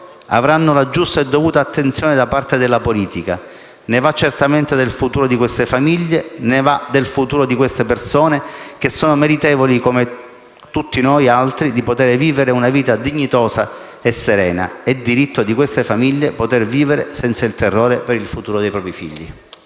avranno la giusta e dovuta attenzione da parte della politica. Ne va certamente del futuro di queste famiglie, ne va del futuro di queste persone che sono meritevoli come tutti noi altri di poter vivere una vita dignitosa e serena. È diritto di queste famiglie poter vivere senza il terrore per il futuro dei propri figli.